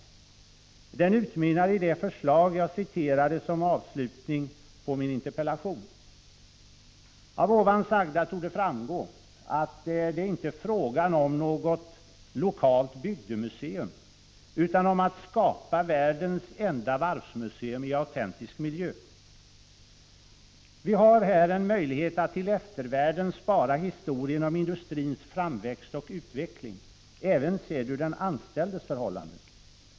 Den utmynnar i det förslag jag citerade som avslutning på min interpellation. Av det ovan sagda torde framgå att det inte är fråga om något lokalt bygdemuseum, utan det är fråga om att skapa världens enda varvsmuseum i autentisk miljö. Vi har här en möjlighet att till eftervärlden spara historien om industrins framväxt och utveckling även sedd ur den anställdes förhållanden.